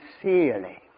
sincerely